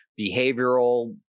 behavioral